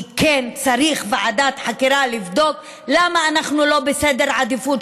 כי כן צריך ועדת חקירה לבדוק למה אנחנו לא בסדר העדיפויות